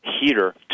heater